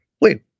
Wait